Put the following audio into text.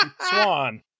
Swan